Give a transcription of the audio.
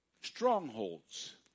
Strongholds